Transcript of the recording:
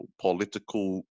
political